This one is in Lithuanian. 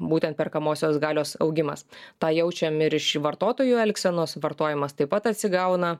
būtent perkamosios galios augimas tą jaučiam ir iš vartotojų elgsenos vartojimas taip pat atsigauna